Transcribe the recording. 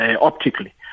optically